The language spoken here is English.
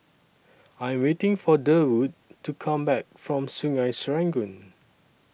I Am waiting For Durwood to Come Back from Sungei Serangoon